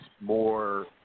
more